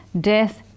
death